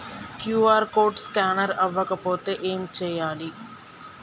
QR code scanner అవ్వకపోతే ఏం చేయాలి?